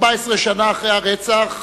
14 שנה אחרי הרצח,